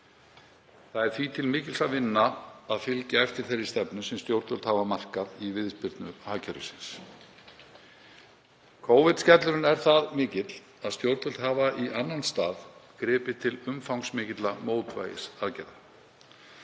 Það er því til mikils að vinna að fylgja eftir þeirri stefnu sem stjórnvöld hafa markað í viðspyrnu hagkerfisins. Covid-skellurinn er það mikill að stjórnvöld hafa í annan stað gripið til umfangsmikilla mótvægisaðgerða.